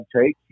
take